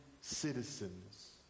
citizens